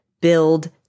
build